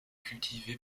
cultivé